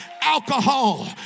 alcohol